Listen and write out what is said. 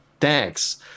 thanks